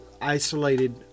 isolated